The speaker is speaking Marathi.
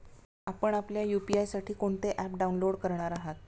आपण आपल्या यू.पी.आय साठी कोणते ॲप डाउनलोड करणार आहात?